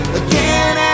again